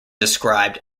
described